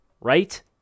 right